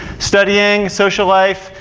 studying, social life,